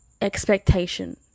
expectation